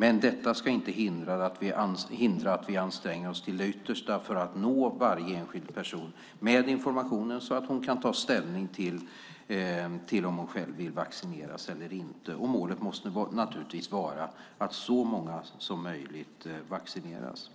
Men detta ska inte hindra att vi anstränger oss till det yttersta för att nå varje enskild person med information så att, i det här fallet, hon kan ta ställning till om hon själv vill bli vaccinerad eller inte. Målet måste naturligtvis vara att så många som möjligt vaccineras.